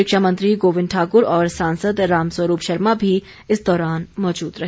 शिक्षा मंत्री गोविंद ठाकुर और सांसद राम स्वरूप शर्मा भी इस दौरान मौजूद रहे